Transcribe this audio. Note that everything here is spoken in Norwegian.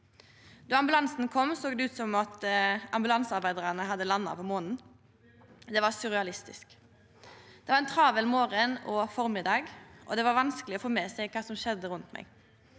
Då ambulansen kom, såg det ut som om ambulansearbeidarane hadde landa på månen. Det var surrealistisk. Det var ein travel morgon og formiddag, og det var vanskeleg å få med seg kva som skjedde rundt meg.